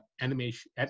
animation